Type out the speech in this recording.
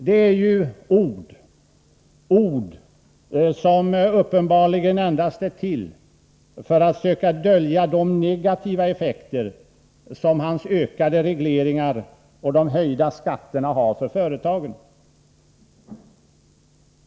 Det är ju ord — ord som uppenbarligen endast är till för att söka dölja de negativa effekter som ökade regleringar och höjda skatter har för företagen.